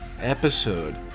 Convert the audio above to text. episode